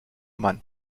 mann